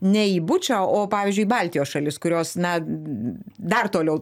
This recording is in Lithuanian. ne į bučą o pavyzdžiui į baltijos šalis kurios na dar toliau